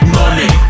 money